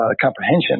comprehension